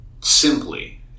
simply